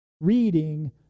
reading